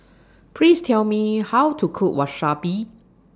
Please Tell Me How to Cook Wasabi